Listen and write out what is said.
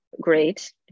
great